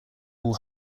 all